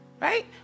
right